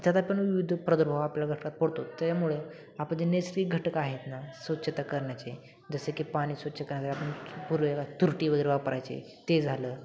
त्यानं पण विविध प्रादुर्भाव आपल्या घटक पडतो त्यामुळे आपलं जे नैसर्गिक घटक आहेत ना स्वच्छता करण्याचे जसे की पाणी स्वच्छ करण्यासाठी आपण पूर्वी तुरटी वगैरे वापरायची ते झालं